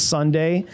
Sunday